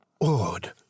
odd